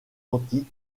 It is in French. antique